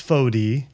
Fodi